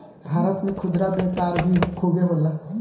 भारत में खुदरा व्यापार भी खूबे होला